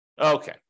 Okay